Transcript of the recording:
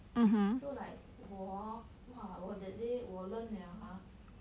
so like 我 hor !wah! 我 that day 我 learn liao !huh!